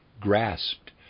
grasped